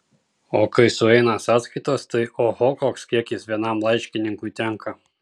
o kai sueina sąskaitos tai oho koks kiekis vienam laiškininkui tenka